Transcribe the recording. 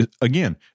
again